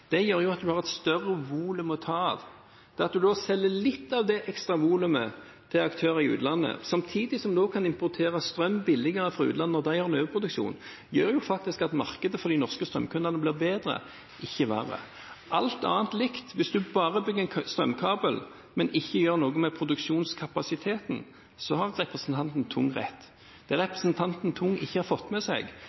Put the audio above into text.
Det gjør at man har et større volum å ta av. Det at man selger litt av det ekstra volumet til aktører i utlandet, samtidig som man også kan importere strøm billigere fra utlandet når de har overproduksjon, gjør faktisk at markedet for de norske strømkundene blir bedre, ikke verre. Alt annet likt – hvis man bare bygger en strømkabel, men ikke gjør noe med produksjonskapasiteten, har representanten Tung rett. Det representanten Tung ikke har fått med seg,